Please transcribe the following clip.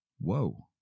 Whoa